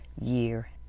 year